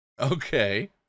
Okay